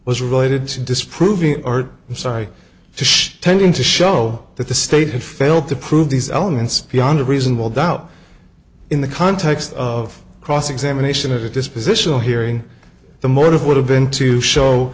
was related to disproving art sorry to show tending to show that the state had failed to prove these elements beyond a reasonable doubt in the context of cross examination of a dispositional hearing the motive would have been to show